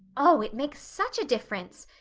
oh, it makes such a difference.